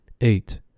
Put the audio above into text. Eight